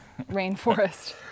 rainforest